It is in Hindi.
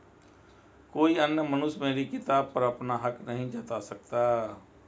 कोई अन्य मनुष्य मेरी किताब पर अपना हक नहीं जता सकता